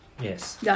Yes